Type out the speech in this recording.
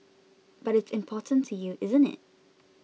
but it's important to you isn't it